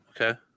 Okay